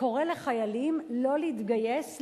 קורא לחיילים לא להתגייס,